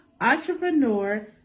entrepreneur